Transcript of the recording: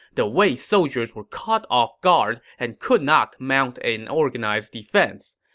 the wei soldiers were caught off guard and could not mount an organized defense.